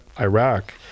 Iraq